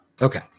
Okay